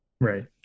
Right